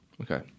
Okay